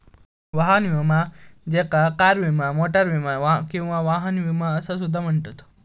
वाहन विमा ज्याका कार विमा, मोटार विमा किंवा वाहन विमा असा सुद्धा म्हणतत